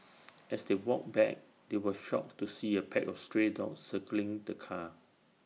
as they walked back they were shocked to see A pack of stray dogs circling the car